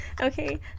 okay